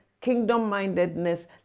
kingdom-mindedness